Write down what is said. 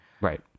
Right